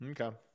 Okay